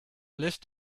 list